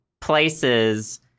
places